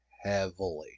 heavily